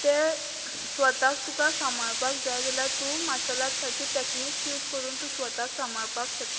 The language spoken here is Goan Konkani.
तें स्वताक तुका सांबाळपाक जाय जाल्यार तूं मार्शेल आर्टसाची टेकनीक यूज करून तूं स्वताक सांबाळपाक शकता